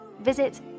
Visit